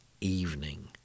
evening